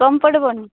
କମ୍ ପଡ଼ିବନି